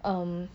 um